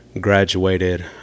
graduated